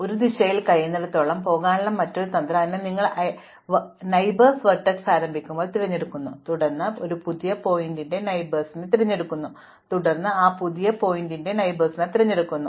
ഒരു ദിശയിൽ കഴിയുന്നിടത്തോളം പോകാനുള്ള മറ്റൊരു തന്ത്രം അതിനാൽ നിങ്ങൾ ഒരു അയൽക്കാരനെ വെർട്ടെക്സ് ആരംഭിക്കുമ്പോൾ തിരഞ്ഞെടുക്കുന്നു തുടർന്ന് നിങ്ങൾ പുതിയ ശീർഷകത്തിന്റെ ഒരു അയൽക്കാരനെ തിരഞ്ഞെടുക്കുന്നു തുടർന്ന് നിങ്ങൾ ആ പുതിയ ശീർഷകത്തിന്റെ ഒരു അയൽക്കാരനെ തിരഞ്ഞെടുക്കുന്നു